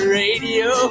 radio